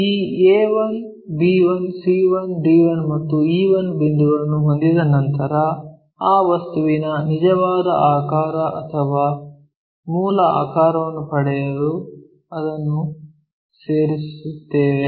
ಈ a1 b1 c1 d1 ಮತ್ತು e1 ಬಿಂದುಗಳನ್ನು ಹೊಂದಿದ ನಂತರ ಆ ವಸ್ತುವಿನ ನಿಜವಾದ ಆಕಾರ ಅಥವಾ ಮೂಲ ಆಕಾರವನ್ನು ಪಡೆಯಲು ಅದನ್ನು ಸೇರಿಸುತ್ತೇವೆ